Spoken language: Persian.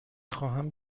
خواهم